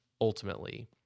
ultimately